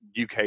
uk